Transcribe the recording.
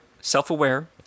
self-aware